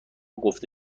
گفته